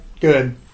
good